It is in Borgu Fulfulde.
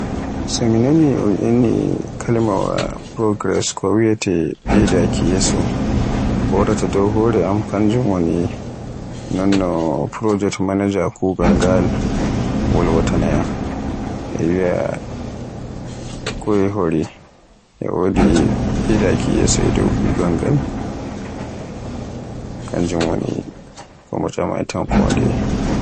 So mi nani un inni kalimaawa "progress" ko wiyeete ɓeydaaki yeeso, ko waraata dow hore am kanjum woni non no project manager kugaal ngal wolwaata na yam, e wiya koy hore, e wodi ɓeydaaki yeeso e dow kuugal ngal. Kanjum woni ko mi tcamaatayan kondeye.